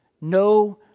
no